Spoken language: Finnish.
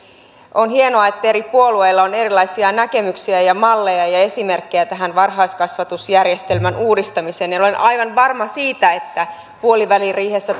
on hienoa että eri puolueilla on erilaisia näkemyksiä ja ja malleja ja esimerkkejä tästä varhaiskasvatusjärjestelmän uudistamisesta olen aivan varma siitä että puoliväliriihessä